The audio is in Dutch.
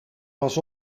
pas